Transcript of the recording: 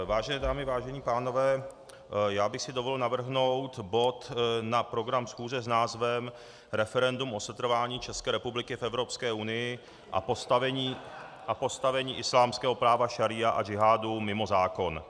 Vážené dámy, vážení pánové, já bych si dovolil navrhnout bod na program schůze s názvem Referendum o setrvání České republiky v Evropské unii a postavení islámského práva šaría a džihádu mimo zákon.